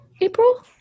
April